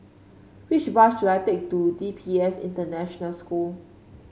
which bus should I take to D P S International School